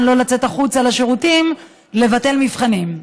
לא לצאת החוצה לשירותים לבטל מבחנים.